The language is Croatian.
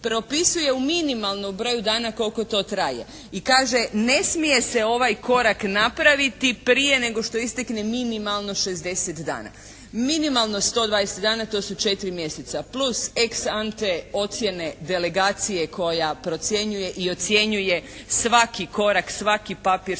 minimalno u broju dana koliko to traje i kaže ne smije se ovaj korak napraviti prije nego što istekne minimalno 60 dana. Minimalno 120 dana to su 4 mjeseca plus … ocjene delegacije koja procjenjuje i ocjenjuje svaki korak, svaki papir,